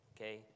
okay